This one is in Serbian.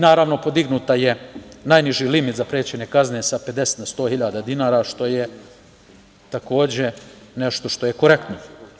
Naravno, podignut je najniži limit zaprećene kazne sa 50 na 100.000 dinara, što je nešto što je korektno.